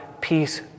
peace